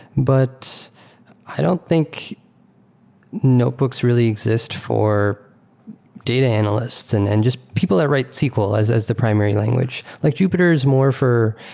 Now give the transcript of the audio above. but it's i don't think notebooks really exist for data analysts and and just people that write sql as as the primary language. like jupyter is more for,